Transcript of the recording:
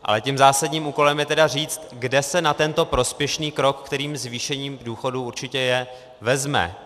Ale tím zásadním úkolem je tedy říct, kde se na tento prospěšný krok, kterým zvýšení důchodů určitě je, vezme.